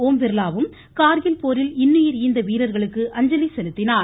ஓம் பிர்லாவும் கார்கில் போரில் இன்னுயிர் ஈந்த வீரர்களுக்கு அஞ்சலி செலுத்தினார்